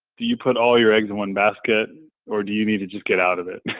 do you put all your eggs in one basket or do you need to just get out of it?